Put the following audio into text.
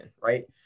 right